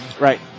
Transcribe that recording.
right